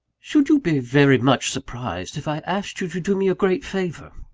should you be very much surprised if i asked you to do me a great favour?